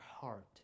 heart